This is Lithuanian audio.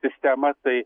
sistemą tai